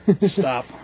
Stop